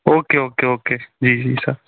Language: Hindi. ओके ओके ओके जी जी सर